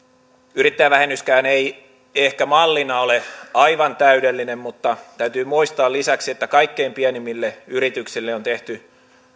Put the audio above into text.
yrittäjävähennyskään ei ehkä mallina ole aivan täydellinen mutta täytyy muistaa lisäksi että kaikkein pienimmille yrityksille on tehty